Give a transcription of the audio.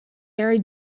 mary